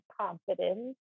confidence